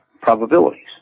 probabilities